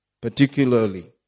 particularly